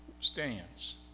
stands